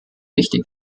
wichtig